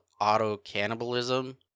auto-cannibalism